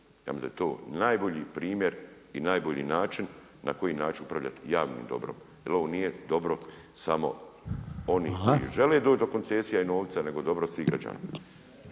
Ja mislim da je to najbolji primjer i najbolji način na koji način upravljati javnim dobrom, jer ovo nije dobro samo onih koji žele doći do koncesija i novca nego dobro svim građanima.